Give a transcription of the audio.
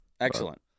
Excellent